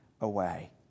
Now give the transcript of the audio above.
away